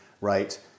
right